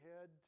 head